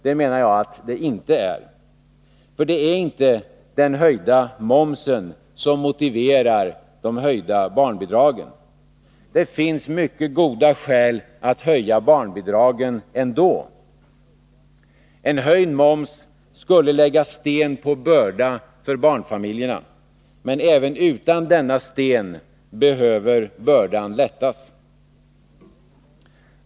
Det menar jag att det inte är, för det är inte den höjda momsen som motiverar höjda barnbidrag. Det finns mycket goda skäl att höja barnbidragen ändå. En höjd moms skulle lägga sten på börda för barnfamiljerna. Men även utan denna sten behöver bördan lättas.